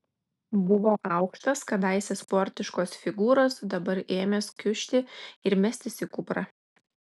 buvo aukštas kadaise sportiškos figūros dabar ėmęs kiužti ir mestis į kuprą